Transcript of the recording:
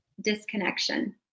Disconnection